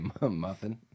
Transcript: muffin